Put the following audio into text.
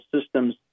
systems